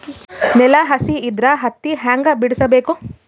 ನೆಲ ಹಸಿ ಇದ್ರ ಹತ್ತಿ ಹ್ಯಾಂಗ ಬಿಡಿಸಬೇಕು?